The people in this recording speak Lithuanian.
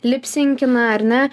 lipsinkina ar ne